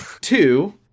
Two